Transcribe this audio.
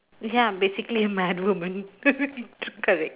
ya basically mad woman correct